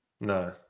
No